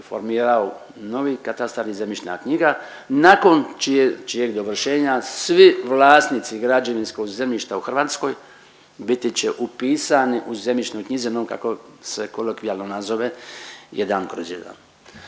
formirao novi katastar i zemljišna knjiga nakon čijeg dovršenja svi vlasnici građevinskog zemljišta u Hrvatskoj biti će upisani u zemljišnoj knjizi jednom kako se kolokvijalno nazove jedan kroz jedan.